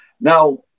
Now